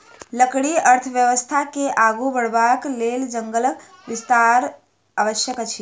लकड़ी अर्थव्यवस्था के आगू बढ़यबाक लेल जंगलक विस्तार आवश्यक अछि